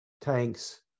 tanks